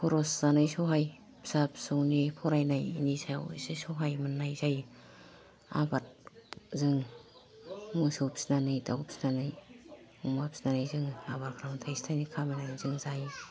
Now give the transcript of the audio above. खरस जानाय सहाय फिसा फिसौनि फरायनायनि सायाव एसे सहाय मोननाय जायो आबाद जों मोसौ फिनानै दाव फिनानै अमा फिनानै जोङो आबाद खालामनानै थायसे थायनै खामायनानै जों जायो